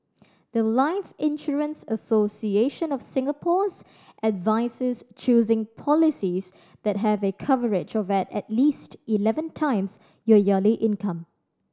the life Insurance Association of Singapore's advises choosing policies that have a coverage of at least eleven times your yearly income